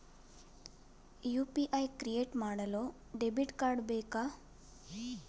UPI create ಮಾಡಲು debit card ಬೇಕಾ?